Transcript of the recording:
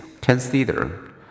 Consider